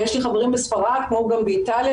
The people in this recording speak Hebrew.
ויש לי חברים בספרד כמו גם באיטליה,